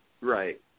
Right